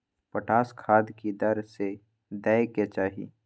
Potash खाद की दर से दै के चाही?